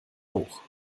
hoch